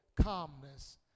calmness